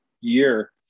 year